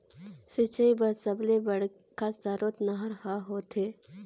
सिंचई बर सबले बड़का सरोत नहर ह होथे